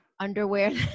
underwear